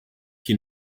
que